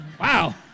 Wow